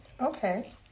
Okay